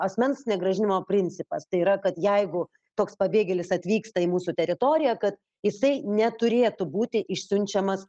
asmens negrąžinimo principas tai yra kad jeigu toks pabėgėlis atvyksta į mūsų teritoriją kad jisai neturėtų būti išsiunčiamas